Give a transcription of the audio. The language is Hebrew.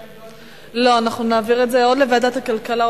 אנחנו נעביר את זה או לוועדת הכלכלה,